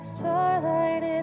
starlight